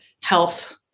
health